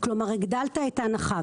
כלומר הגדלת את ההנחה.